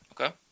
Okay